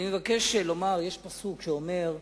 אני מבקש לומר, יש פסוק שאומר: